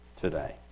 today